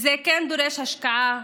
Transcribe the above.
זה דורש השקעה,